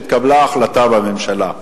שהתקבלה החלטה בממשלה.